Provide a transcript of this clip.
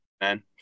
man